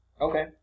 Okay